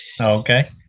Okay